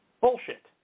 bullshit